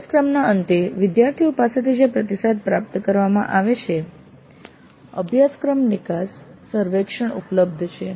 અભ્યાસક્રમના અંતે વિદ્યાર્થીઓ પાસેથી જે પ્રતિસાદ પ્રાપ્ત કરવામાં આવે છે અભ્યાસક્રમ નિકાસ સર્વેક્ષણ ઉપલબ્ધ છે